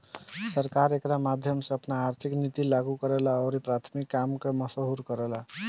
सरकार एकरा माध्यम से आपन आर्थिक निति लागू करेला अउरी प्राथमिक काम के महसूस करेला